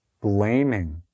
blaming